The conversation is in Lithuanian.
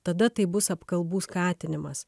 tada tai bus apkalbų skatinimas